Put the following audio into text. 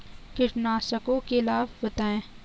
कीटनाशकों के लाभ बताएँ?